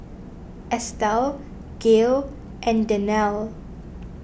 Estel Gale and Danielle